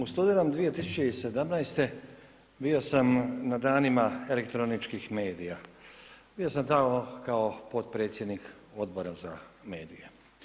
U studenom 2017. bio sam na Danima elektroničkih medija, bio sam tamo kao potpredsjednik Odbora za medije.